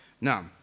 Now